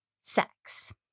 sex